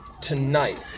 Tonight